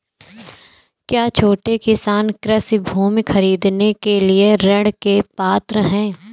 क्या छोटे किसान कृषि भूमि खरीदने के लिए ऋण के पात्र हैं?